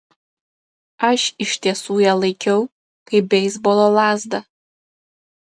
aš iš tiesų ją laikiau kaip beisbolo lazdą